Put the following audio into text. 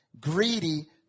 greedy